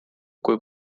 kui